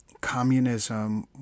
communism